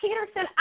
Peterson